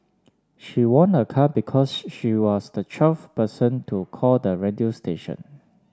she won a car because she was the twelfth person to call the radio station